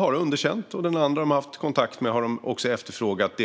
När det gäller den andra de har haft kontakt med har de efterfrågat